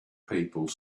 people